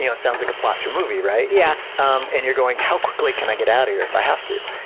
you know it sounds like a plot to movie, right? yeah um and you're going, how quickly can i get out of here if i have to?